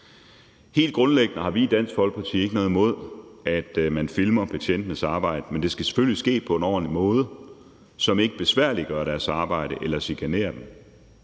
Helt grundlæggende har vi i Dansk Folkeparti ikke noget imod, at man filmer betjentenes arbejde, men det skal selvfølgelig ske på en ordentlig måde, som ikke besværliggør deres arbejde eller chikanerer dem.